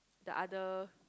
the other